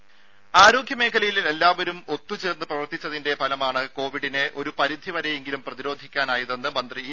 രും ആരോഗ്യ മേഖലയിൽ എല്ലാവരും ഒത്തു ചേർന്ന് പ്രവർത്തിച്ചതിന്റെ ഫലമാണ് കോവിഡിനെ ഒരു പരിധി വരെയെങ്കിലും പ്രതിരോധിക്കാനായതെന്ന് മന്ത്രി ഇ